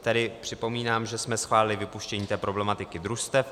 Tedy připomínám, že jsme schválili vypuštění té problematiky družstev.